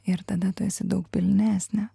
ir tada tu esi daug pilnesnė